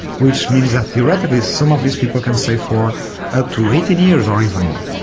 which means that theoretically some of these people can stay for up to eighteen years or even more.